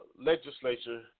Legislature